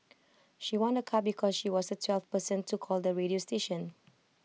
she won A car because she was the twelfth person to call the radio station